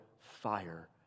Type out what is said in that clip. fire